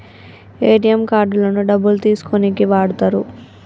ATM కార్డులను డబ్బులు తీసుకోనీకి వాడతరు